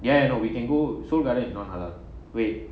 ya I know we can go seoul garden is non halal wait